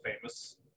famous